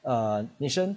uh nation